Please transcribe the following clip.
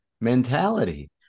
mentality